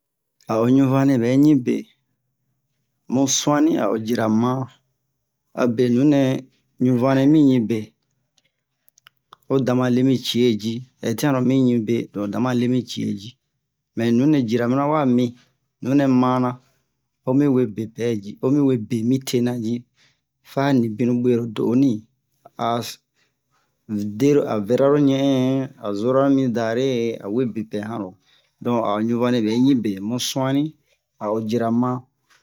a o ɲunvanle bɛ ɲin be mu su'anni a o jira man abe nunɛ ɲunvanle miɲin be ho damaa le mi ci'ee ji hɛtiyan lo min ɲin be lo damaa le min ci'ee ji mɛ nunɛ jira mina wami nunɛ ma'anna homi we bepe'ɛji homi we be mitena ji fa nibinnu buero lo do'oni a se dero a vɛraro ɲɛ'ɛn a zoraro mi dare a we bepe hanro donc a o ɲunvanle bɛɲin be mu su'anni a o jira ma'an